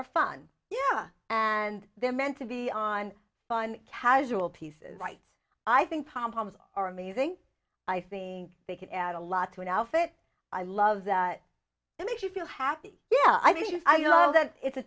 are fun yeah and they're meant to be on fun casual pieces lights i think pompoms are amazing i think they could add a lot to an outfit i love that it makes you feel happy yeah i do you i love that it's a